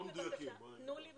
הנתונים העדכניים,